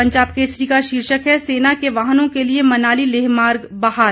पंजाब केसरी का शीर्षक है सेना के वाहनों के लिये मनाली लेह मार्ग बहाल